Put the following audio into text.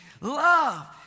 Love